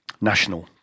national